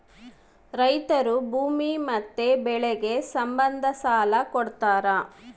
ರೈತರು ಭೂಮಿ ಮತ್ತೆ ಬೆಳೆಗೆ ಸಂಬಂಧ ಸಾಲ ಕೊಡ್ತಾರ